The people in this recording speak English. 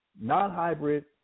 non-hybrid